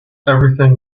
everything